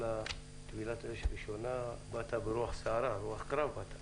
זו טבילת האש הראשונה שלך ובאת ברוח סערה וברוח קרב.